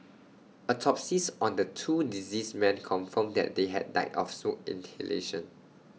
autopsies on the two deceased men confirmed that they had died of smoke inhalation